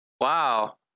Wow